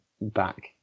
back